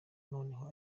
noneho